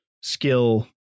skill